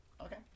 Okay